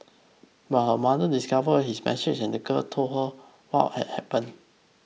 but her mother discovered his message and the girl told her what had happened